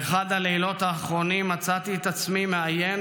באחד הלילות האחרונים מצאתי את עצמי מעיין